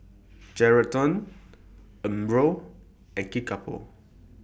Geraldton Umbro and Kickapoo